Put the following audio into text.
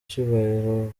cyubahiro